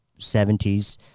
70s